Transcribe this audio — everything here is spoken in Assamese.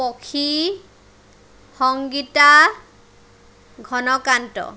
পখী সংগীতা ঘনকান্ত